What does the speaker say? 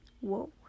whoa